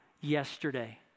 yesterday